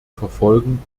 verfolgen